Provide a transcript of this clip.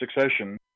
succession